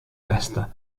vesta